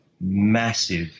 massive